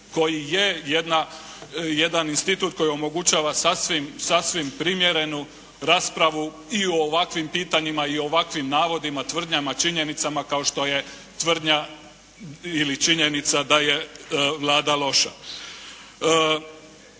koji je jedan institut koji omogućava sasvim primjerenu raspravu i u ovakvim pitanjima i u ovakvim navodima, tvrdnjama, činjenicama kao što je tvrdnja ili činjenica da je Vlada loša.